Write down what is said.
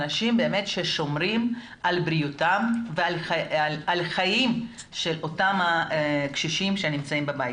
אנשים ששומרים על בריאותם ועל החיים של אותם קשישים שנמצאים בבית.